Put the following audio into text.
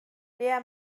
lena